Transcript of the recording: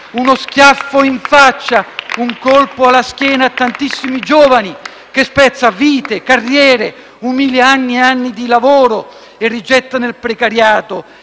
uno schiaffo in faccia, un colpo alla schiena a tantissimi giovani, che spezza vite, carriere e umilia anni e anni di lavoro e rigetta nel precariato.